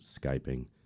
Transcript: Skyping